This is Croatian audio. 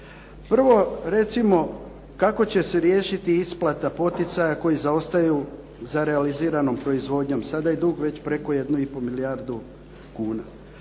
Prvo recimo kako će se riješiti isplata poticaja koji zaostaju za realiziranom proizvodnjom. Sada je dug već preko 1 i pol milijardu kuna.